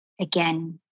again